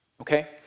okay